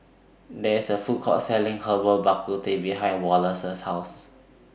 There IS A Food Court Selling Herbal Bak Ku Teh behind Wallace's House